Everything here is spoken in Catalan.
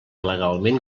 legalment